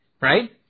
right